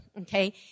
Okay